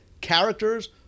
characters